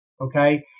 Okay